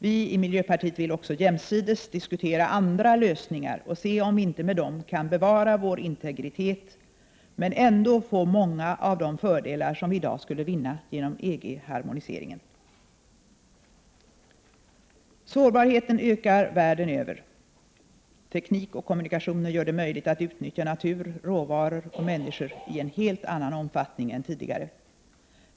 Vi i miljöpartiet vill också jämsides diskutera andra lösningar och se om Sverige inte med dem kan bevara sin integritet men ändå få många av de fördelar som vårt land i dag skulle vinna genom EG harmoniseringen. Sårbarheten ökar världen över. Teknik och kommunikationer gör det möjligt att utnyttja natur, råvaror och människor i en helt annan omfattning än tidigare.